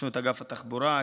יש לנו אגף התחבורה,